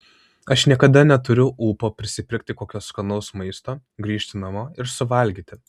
aš niekada neturiu ūpo prisipirkti kokio skanaus maisto grįžti namo ir suvalgyti